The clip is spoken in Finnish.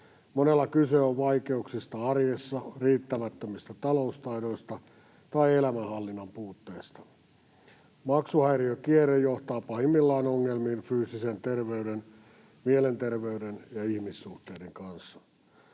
Monella kyse on vaikeuksista arjessa, riittämättömistä taloustaidoista tai elämänhallinnan puutteesta. Maksuhäiriökierre johtaa pahimmillaan ongelmiin fyysisen terveyden, mielenterveyden ja ihmissuhteiden kanssa.